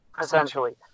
essentially